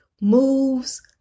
moves